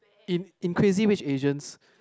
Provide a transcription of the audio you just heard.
in in Crazy Rich Asians